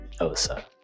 Osa